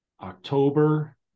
October